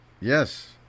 yes